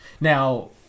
Now